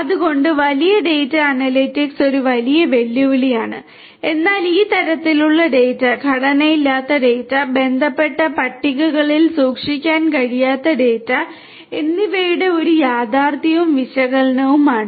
അതിനാൽ വലിയ data analytics ഒരു വലിയ വെല്ലുവിളിയാണ് എന്നാൽ ഈ തരത്തിലുള്ള ഡാറ്റ ഘടനയില്ലാത്ത ഡാറ്റ ബന്ധപ്പെട്ട പട്ടികകളിൽ സൂക്ഷിക്കാൻ കഴിയാത്ത ഡാറ്റ എന്നിവയുടെ ഒരു യാഥാർത്ഥ്യവും വിശകലനവുമാണ്